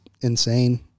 insane